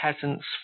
peasant's